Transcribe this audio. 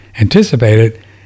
anticipated